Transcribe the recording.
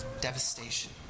devastation